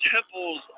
temples